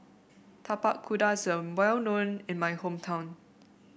Tapak Kuda is an well known in my hometown